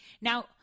Now